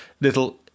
little